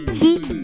heat